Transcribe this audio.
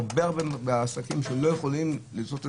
והרבה מהעסקים, הם לא יכולים.